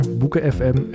boekenfm